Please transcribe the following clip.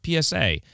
PSA